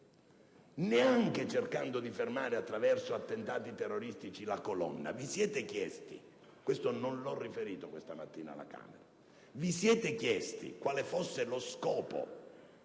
né cercando di fermare, attraverso attentati terroristici, la colonna. Vi siete chiesti - questo non l'ho riferito questa mattina alla Camera - quale fosse lo scopo